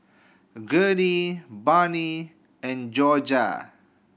Gurney Barney and Jorja